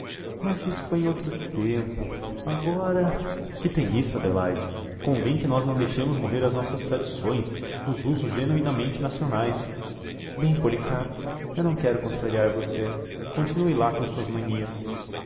mas isso foi em outro tempo agora que tem isso adelaide convém que nós não deixemos morrer as nossas tradições os usos genuinamente nacionais bem policarpo eu não quero contrariar você continue lá com as suas manias